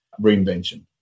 reinvention